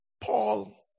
Paul